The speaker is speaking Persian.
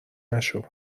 نشو